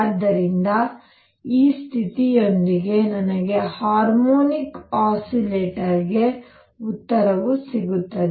ಆದ್ದರಿಂದ ಈ ಸ್ಥಿತಿಯೊಂದಿಗೆ ನನಗೆ ಹಾರ್ಮೋನಿಕ್ ಆಸಿಲೆಟರ್ಗೆ ಉತ್ತರವು ಸಿಗುತ್ತದೆ